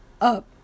up